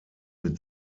mit